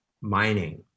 mining